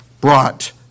brought